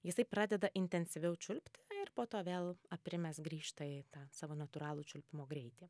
jisai pradeda intensyviau čiulpti ir po to vėl aprimęs grįžta į tą savo natūralų čiulpimo greitį